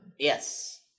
Yes